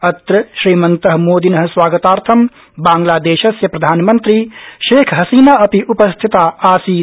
अत्र श्रीमन्तः मोदिनः स्वागतार्थ बांग्लादेशस्य प्रधानमन्त्री शेख हसीना अपि उपस्थिता आसीत्